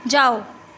जाओ